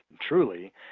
truly